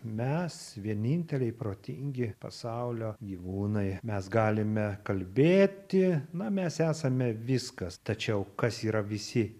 mes vieninteliai protingi pasaulio gyvūnai mes galime kalbėti na mes esame viskas tačiau kas yra visi